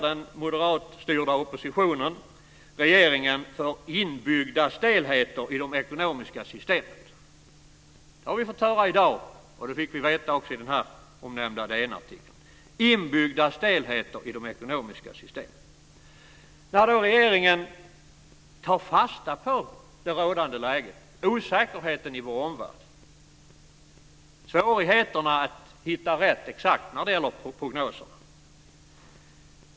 Den moderatstyrda oppositionen anklagar regeringen för inbyggda stelheter i de ekonomiska systemen. Det har vi fått höra i dag, och det fick vi också veta i den omnämnda Regeringen tar fasta på det rådande läget, osäkerheten i vår omvärld och svårigheterna att hitta exakt rätt när det gäller prognoser.